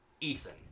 Ethan